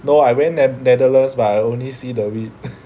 no I went Netherlands but I only see the weed